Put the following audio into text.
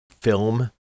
film